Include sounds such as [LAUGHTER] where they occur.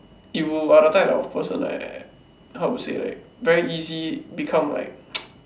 if you are the type of person like how to say like very easy become like [NOISE]